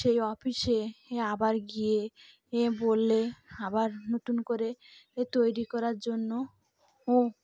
সেই অফিসে এ আবার গিয়ে এ বললে আবার নতুন করে এ তৈরি করার জন্য ও